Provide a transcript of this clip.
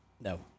No